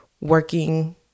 working